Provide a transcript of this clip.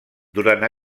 durant